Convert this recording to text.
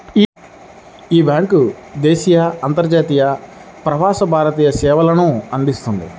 యీ బ్యేంకు దేశీయ, అంతర్జాతీయ, ప్రవాస భారతీయ సేవల్ని అందిస్తది